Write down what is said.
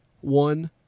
one